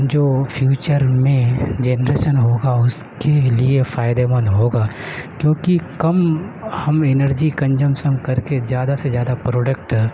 جو فیوچر میں جنریسن ہوگا اس کے لیے فائدے مند ہوگا کیوںکہ کم ہم انرجی کنجنسم کر کے زیادہ سے زیادہ پروڈکٹ